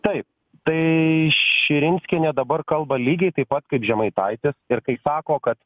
taip tai širinskienė dabar kalba lygiai taip pat kaip žemaitaitis ir kai sako kad